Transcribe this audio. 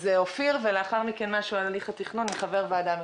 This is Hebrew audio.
אז אופיר; ולאחר מכן משהו על הליך התכנון מחבר ועדה מקומית.